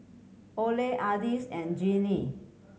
Ole Ardis and Jeannie